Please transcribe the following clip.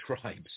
tribes